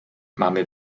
mamy